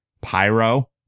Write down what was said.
Pyro